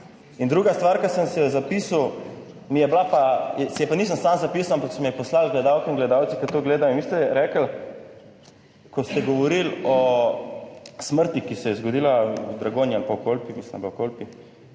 Druga stvar, ki sem si jo zapisal, mi je bila, pa se je, pa nisem sam zapisal, ampak se mi je poslal, gledalke in gledalci, ki to gledajo in vi ste rekli, ko ste govorili o smrti, ki se je zgodila v Dragonji ali pa v Kolpi, mislim pa v Kolpi